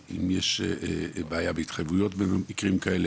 אם יש בעיה בהתחייבויות במקרים כאלה,